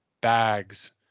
bags